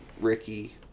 Ricky